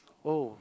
oh